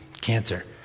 cancer